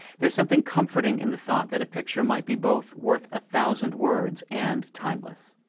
there's something comforting in the thought that a picture might be both worth a thousand words and timeless.